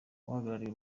uhagarariye